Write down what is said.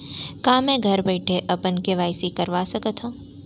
का मैं घर बइठे अपन के.वाई.सी करवा सकत हव?